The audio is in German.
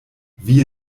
wie